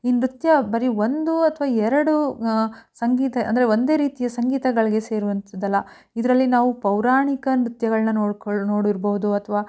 ಈ ನೃತ್ಯ ಬರಿ ಒಂದು ಅಥವಾ ಎರಡು ಸಂಗೀತ ಅಂದರೆ ಒಂದೇ ರೀತಿಯ ಸಂಗೀತಗಳಿಗೆ ಸೇರುವಂಥದಲ್ಲ ಇದರಲ್ಲಿ ನಾವು ಪೌರಾಣಿಕ ನೃತ್ಯಗಳನ್ನ ನೋಡ್ಕೊಳ್ಳಿ ನೋಡಿರ್ಬೋದು ಅಥವಾ